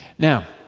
now,